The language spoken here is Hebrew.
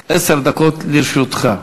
עשר דקות לרשותך.